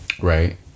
right